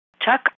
Chuck